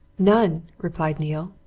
none, replied neale.